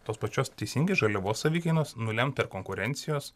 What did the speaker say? tos pačios teisingai žaliavos savikainos nulemta ir konkurencijos